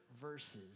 verses